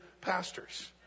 pastors